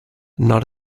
not